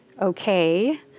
okay